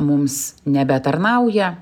mums nebetarnauja